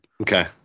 Okay